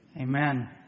amen